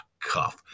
cuff